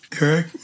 Eric